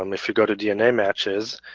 um if you go to dna matches,